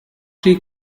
she